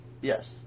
Yes